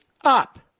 up